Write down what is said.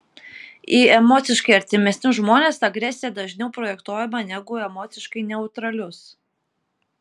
į emociškai artimesnius žmones agresija dažniau projektuojama negu į emociškai neutralius